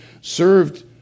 served